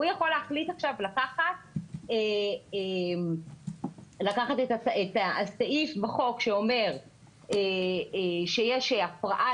הוא יכול להחליט עכשיו לקחת את הסעיף בחוק שאומר שיש הפרעה